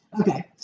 Okay